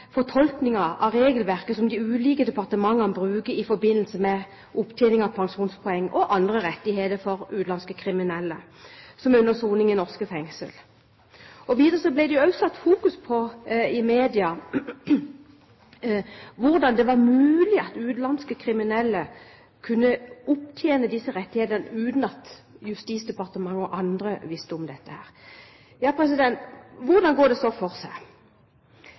fortolkningen av regelverket som de ulike departementene har i forbindelse med opptjening av pensjonspoeng og andre rettigheter for utenlandske kriminelle som er under soning i norske fengsler. Videre ble det i media også satt fokus på hvordan det var mulig at utenlandske kriminelle kunne opptjene disse rettighetene uten at Justisdepartementet og andre visste om dette. Ja, hvordan går det så for seg?